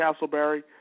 Castleberry